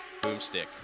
boomstick